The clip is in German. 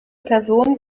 person